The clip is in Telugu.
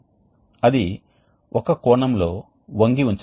వేడి ప్రవాహం అంటే మనం ఆ వేడి ప్రవాహం నుంచి కొంత మొత్తంలో వేడిని సంగ్రహించాలి